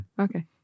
Okay